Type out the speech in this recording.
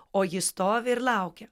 o ji stovi ir laukia